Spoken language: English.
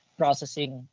processing